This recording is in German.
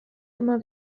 immer